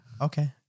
okay